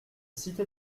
cité